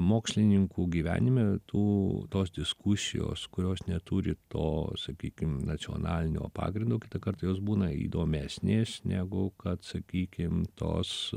mokslininkų gyvenime tų tos diskusijos kurios neturi to sakykim nacionalinio pagrindo kitą kart jos būna įdomesnės negu kad sakykim tos